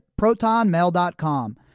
protonmail.com